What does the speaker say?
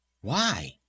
Why